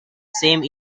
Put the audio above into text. same